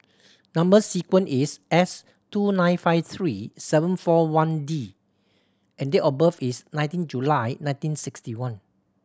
number sequence is S two nine five three seven four one D and date of birth is nineteen July nineteen sixty one